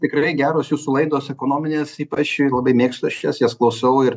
tikrai geros jūsų laidos ekonominės ypač labai mėgstu aš jas jas klausau ir